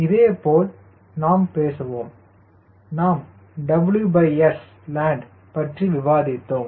இதேபோல் நாம் பேசுவோம் நாம்WSLandபற்றி விவாதித்தோம்